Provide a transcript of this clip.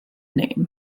name